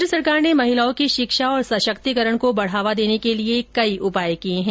केन्द्र सरकार ने महिलाओं की शिक्षा और सशक्तिकरण को बढ़ावा देने के लिए कई उपाय किए है